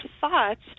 thoughts